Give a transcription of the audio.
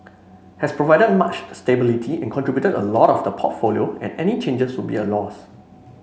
has provided much stability and contributed a lot to the portfolio and any changes would be a loss